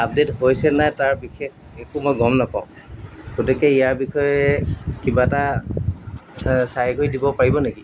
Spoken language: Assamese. আপডেট হৈছে নাই তাৰ বিশেষ একো মই গম নাপাওঁ গতিকে ইয়াৰ বিষয়ে কিবা এটা চাই কৰি দিব পাৰিব নেকি